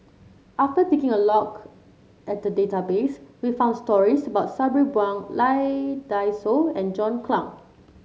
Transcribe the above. after taking a look at the database we found stories about Sabri Buang Lee Dai Soh and John Clang